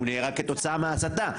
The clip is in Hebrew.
הוא נהרג כתוצאה מההצתה.